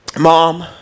Mom